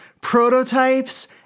Prototypes